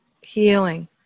healing